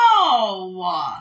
No